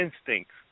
instincts